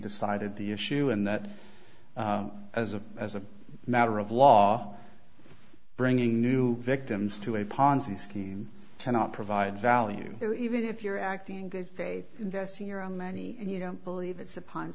decided the issue and that as a as a matter of law bringing new victims to a ponzi scheme cannot provide value so even if you're acting good faith investing your own money you don't believe it's a pon